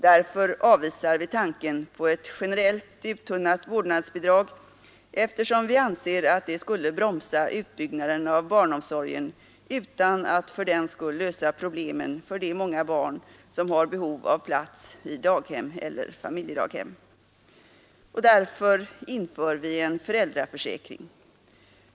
Därför avvisar vi tanken på ett generellt, uttunnat vårdnadsbidrag, eftersom vi anser att det skulle bromsa utbyggnaden av barnomsorgen, utan att fördenskull lösa problemen för de många barn som har behov av plats i daghem eller familjedaghem. Och därför inför vi en föräldraförsäkring.